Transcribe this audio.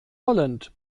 holland